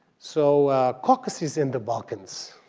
so caucuses in the balkans,